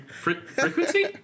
Frequency